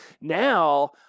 Now